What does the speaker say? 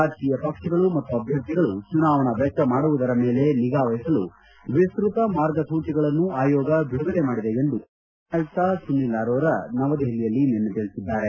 ರಾಜಕೀಯ ಪಕ್ಷಗಳು ಮತ್ತು ಅಭ್ಯರ್ಥಿಗಳು ಚುನಾವಣಾ ವೆಚ್ಚ ಮಾಡುವುದರ ಮೇಲೆ ನಿಗಾ ವಹಿಸಲು ವಿಸ್ತತ ಮಾರ್ಗಸೂಚಿಗಳನ್ನು ಆಯೋಗ ಬಿಡುಗಡೆ ಮಾಡಿದೆ ಎಂದು ಮುಖ್ಯ ಚುನಾವಣಾ ಆಯುಕ್ತ ಸುನೀಲ್ ಆರೋರ ನವದೆಹಲಿಯಲ್ಲಿ ನಿನ್ನೆ ತಿಳಿಸಿದ್ದಾರೆ